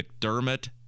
McDermott